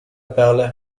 perle